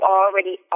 already